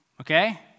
Okay